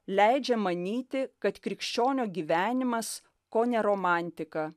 leidžia manyti kad krikščionio gyvenimas kone romantika